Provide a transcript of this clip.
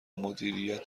مدیریت